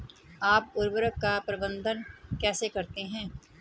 आप उर्वरक का प्रबंधन कैसे करते हैं?